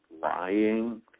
lying